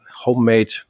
homemade